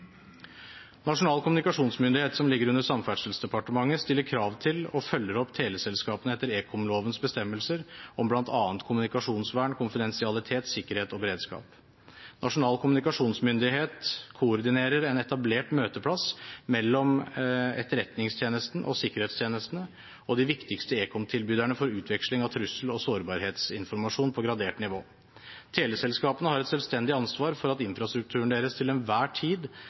Nasjonal kommunikasjonsmyndighet, som ligger under Samferdselsdepartementet, stiller krav til og følger opp teleselskapene etter ekomlovens bestemmelser om bl.a. kommunikasjonsvern, konfidensialitet, sikkerhet og beredskap. Nasjonal kommunikasjonsmyndighet koordinerer en etablert møteplass mellom Etterretningstjenesten og sikkerhetstjenestene og de viktigste ekomtilbyderne for utveksling av trussel- og sårbarhetsinformasjon på gradert nivå. Teleselskapene har et selvstendig ansvar for at infrastrukturen deres til enhver tid